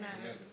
Amen